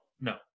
no